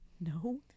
No